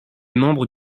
membre